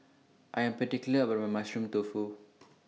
I Am particular about My Mushroom Tofu